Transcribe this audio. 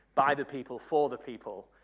by the people, for the people,